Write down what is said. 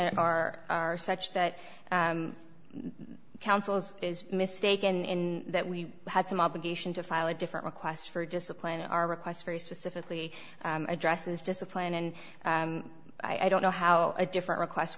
it are such that councils is mistaken in that we had some obligation to file a different request for discipline our requests very specifically addresses discipline and i don't know how a different request